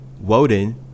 Woden